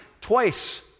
Twice